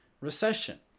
recession